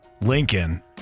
Lincoln